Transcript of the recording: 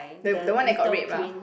the the one that got rape lah